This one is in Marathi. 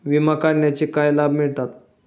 विमा काढण्याचे काय लाभ मिळतात?